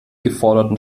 geforderten